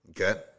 okay